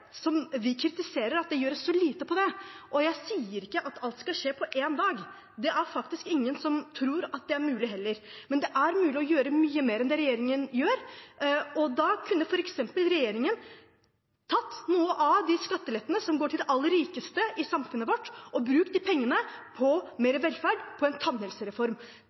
vi kritiserer, er at det gjøres så lite på det. Jeg sier ikke at alt skal skje på én dag, det er faktisk ingen som tror at det er mulig heller, men det er mulig å gjøre mye mer enn det regjeringen gjør. Regjeringen kunne f.eks. tatt noe av de skattelettene som går til de aller rikeste i samfunnet vårt, og brukt de pengene på mer velferd, på en tannhelsereform.